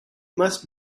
must